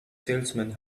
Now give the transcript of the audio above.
salesman